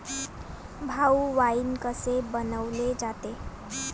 भाऊ, वाइन कसे बनवले जाते?